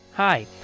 Hi